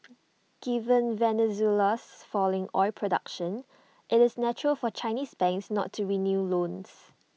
given Venezuela's falling oil production it's natural for Chinese banks not to renew loans